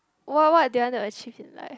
what what did you want to achieve in life